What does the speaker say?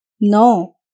No